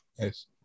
Yes